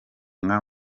nka